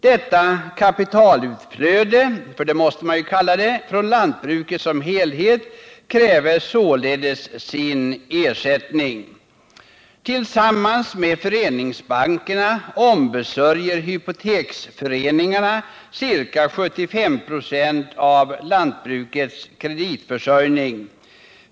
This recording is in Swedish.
Detta kapitalutflöde — det måste man ju kalla det — från lantbruket som helhet kräver således sin ersättning. Tillsammans med föreningsbankerna ombesörjer hypoteksföreningarna ca 75 96 av lantbrukets kreditförsörjning.